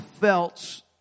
felt